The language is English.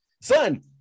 Son